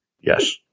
Yes